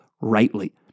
rightly